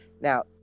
Now